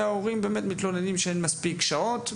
וההורים מתלוננים שאין מספיק שעות.